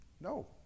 No